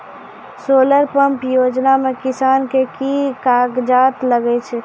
Solar pump योजना म किसान के की कागजात लागै छै?